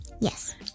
Yes